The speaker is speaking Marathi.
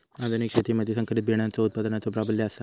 आधुनिक शेतीमधि संकरित बियाणांचो उत्पादनाचो प्राबल्य आसा